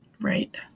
Right